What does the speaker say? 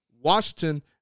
Washington